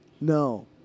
No